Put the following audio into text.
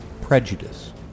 prejudice